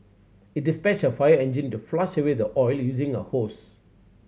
it dispatched a fire engine to flush away the oil using a hose